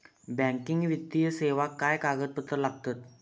Banking वित्तीय सेवाक काय कागदपत्र लागतत?